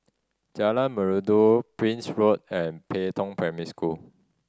Jalan Merdu Prince Road and Pei Tong Primary School